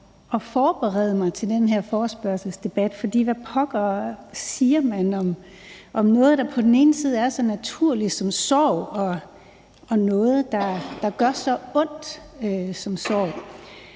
at forberede mig til den her forespørgselsdebat, for hvad pokker siger man om noget, der på den ene side er så naturligt som sorg, og så på den anden side noget, der gør så ondt som sorg?